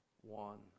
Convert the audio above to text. one